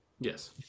Yes